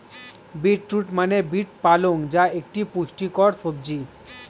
beet root মানে beet পালং যা একটি পুষ্টিকর সবজি